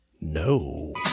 No